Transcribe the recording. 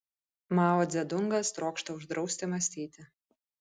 mao dzedungas trokšta uždrausti mąstyti